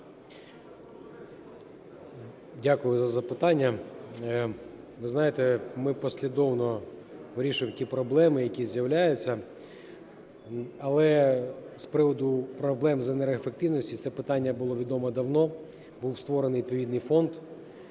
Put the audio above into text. Дякую за запитання. Ви знаєте, ми послідовно вирішуємо ті проблеми, які з'являються. Але з приводу проблем з енергоефективності, це питання було відомо давно. Був створений відповідний фонд.